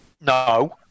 No